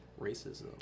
racism